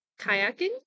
kayaking